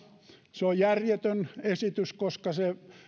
se on järjetön esitys koska se